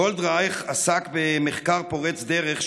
גולדרייך עסק במחקר פורץ דרך,